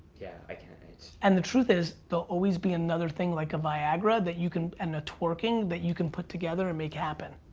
yeah, i can, it's and the truth is there'll always be another thing like a viagra that you can, and a twerking that you can put together and make happen.